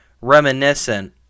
reminiscent